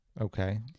Okay